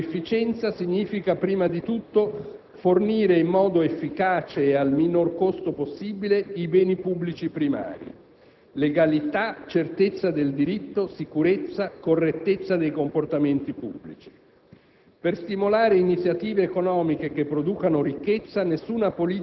Per un Governo, sia esso centrale o locale, efficienza significa prima di tutto fornire in modo efficace e al minor costo possibile i beni pubblici primari: legalità, certezza del diritto, sicurezza, correttezza dei comportamenti pubblici.